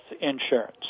insurance